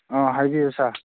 ꯍꯥꯏꯕꯤꯌꯨ ꯁꯥꯔ